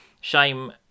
shame